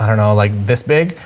and and like this big,